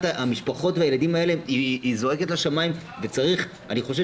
המשפחות והילדים האלה זועקת לשמיים וצריך אני חושב